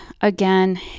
again